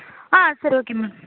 ஆ சரி okay ma'am